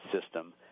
system